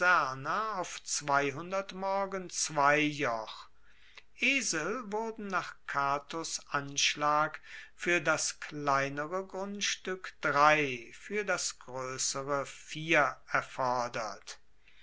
auf morgen zwei joch esel wurden nach catos anschlag fuer das kleinere grundstueck drei fuer das groessere vier erfordert